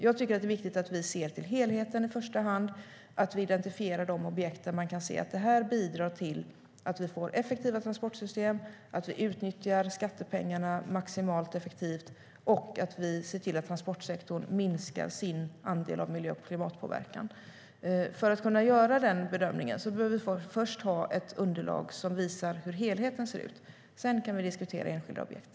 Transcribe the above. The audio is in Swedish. Jag tycker att det är viktigt att vi ser till helheten i första hand, att vi identifierar de objekt som man kan se bidrar till att vi får effektiva transportsystem, att vi utnyttjar skattepengarna maximalt effektivt och att vi ser till att transportsektorn minskar sin andel av miljö och klimatpåverkan. För att kunna göra den bedömningen tror jag att vi först får ha ett underlag som visar hur helheten ser ut. Sedan kan vi diskutera enskilda objekt.